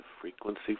frequency